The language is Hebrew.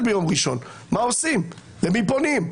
ביום ראשון ושאלו מה עושים ולמי פונים.